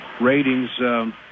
ratings